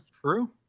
true